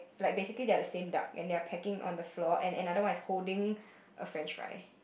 like basically they are the same duck and they are pecking on the floor and another one is holding a french fry